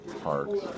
parks